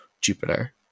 Jupiter